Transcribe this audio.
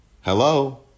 Hello